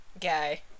guy